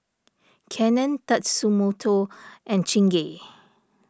Canon Tatsumoto and Chingay